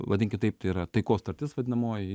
vadinkim taip tai yra taikos sutartis vadinamoji